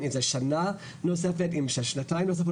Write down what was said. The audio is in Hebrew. איזו שנה נוספת אם שנתיים נוספות,